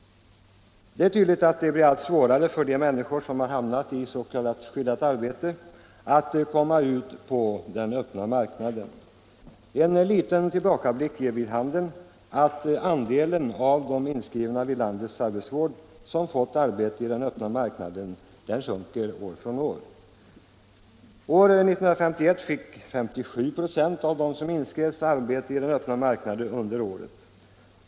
Det är tydligt att det blir allt svårare för de människor som har hamnat i s.k. skyddat arbete att komma ut på den öppna marknaden. En liten tillbakablick ger vid handen att andelen av de inskrivna vid landets arbetsvård som fått arbete i den öppna marknaden sjunker år från år. År 1951 fick 57 96 av dem som inskrevs arbete i den öppna marknaden under året.